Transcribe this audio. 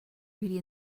really